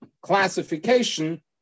classification